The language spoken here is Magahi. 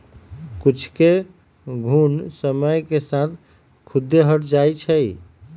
कुछेक घुण समय के साथ खुद्दे हट जाई छई